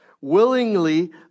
Willingly